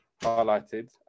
highlighted